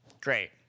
Great